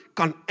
kan